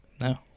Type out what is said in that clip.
No